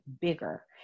bigger